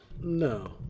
no